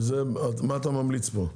מה אתה ממליץ פה?